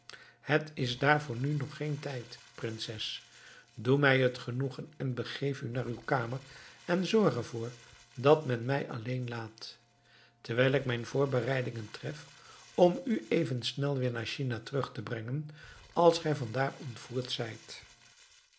het is daarvoor nu nog geen tijd prinses doe mij het genoegen en begeef u naar uw kamer en zorg ervoor dat men mij alleen laat terwijl ik mijn voorbereidingen tref om u even snel weer naar china terug te brengen als gij vandaar ontvoerd zijt